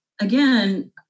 again